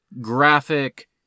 graphic